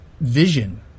vision